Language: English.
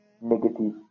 negative